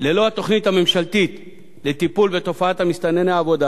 ללא התוכנית הממשלתית לטיפול בתופעת מסתנני עבודה